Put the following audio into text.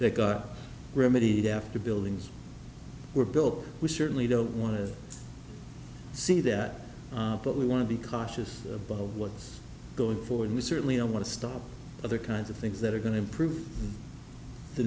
they got remedied after buildings were built we certainly don't want to see that but we want to be cautious above what's going forward we certainly don't want to stop other kinds of things that are going to improve the